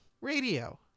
Radio